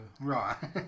Right